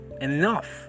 enough